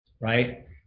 right